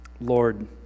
Lord